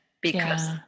because-